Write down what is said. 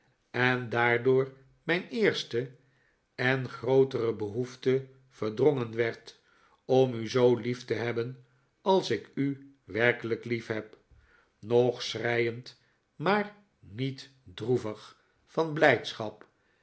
en daardoor mijn eerste en grootere behoefte verdrongen werd om u zoo lief te hebben als ik u werkelijk liefheb nog schreiend maar niet droevig van blijdschap